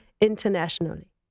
internationally